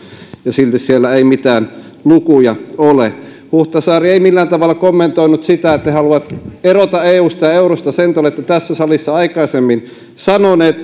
niin silti siellä ei mitään lukuja ole huhtasaari ei millään tavalla kommentoinut sitä että he he haluavat erota eusta ja eurosta sen te olette tässä salissa aikaisemmin sanonut